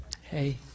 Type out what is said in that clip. Hey